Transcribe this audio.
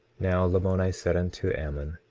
now lamoni said unto ammon